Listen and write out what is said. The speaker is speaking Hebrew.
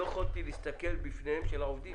לא יכולתי להסתכל בפניהם של העובדים.